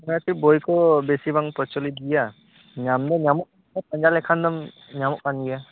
ᱪᱮᱫᱟᱜ ᱥᱮ ᱵᱳᱭ ᱠᱚ ᱵᱮᱥᱤ ᱵᱟᱝ ᱯᱨᱚᱪᱚᱞᱤᱛᱚ ᱜᱮᱭᱟ ᱧᱟᱢᱫᱚ ᱧᱟᱢᱚᱜ ᱠᱟᱱ ᱜᱮᱭᱟ ᱯᱟᱸᱡᱟ ᱞᱮᱠᱷᱟᱱ ᱫᱚᱢ ᱧᱟᱢᱚᱜ ᱠᱟᱱᱜᱮᱭᱟ